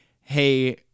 hey